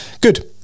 Good